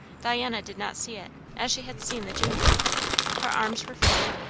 diana did not see it, as she had seen the june day her arms were folded,